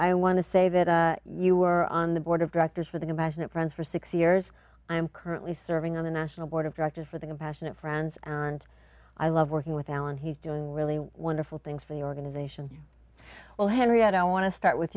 i want to say that you were on the board of directors for the compassionate friends for six years i'm currently serving on the national board of directors for the compassionate friends and i love working with alan he's doing really wonderful things for the organization well henrietta i want to start with